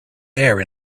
air